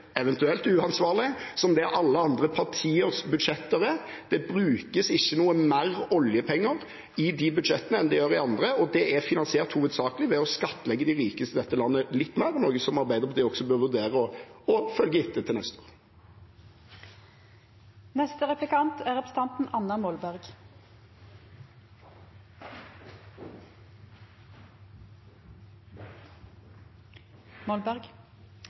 eventuelt uansvarlig – som det alle andre partiers budsjetter er. Det brukes ikke noe mer oljepenger i det budsjettet enn det gjør i de andre, og det er finansiert hovedsakelig ved å skattlegge de rikeste i dette landet litt mer, noe som Arbeiderpartiet også bør vurdere å følge til neste år.